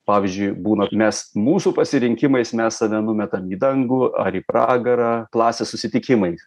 pavyzdžiui būna mes mūsų pasirinkimais mes save numetam į dangų ar pragarą klasės susitikimai